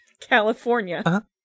California